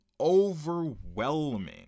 overwhelming